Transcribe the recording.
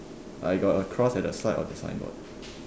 I got a cross at the side of the signboard